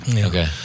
Okay